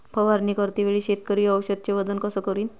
फवारणी करते वेळी शेतकरी औषधचे वजन कस करीन?